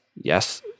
Yes